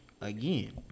again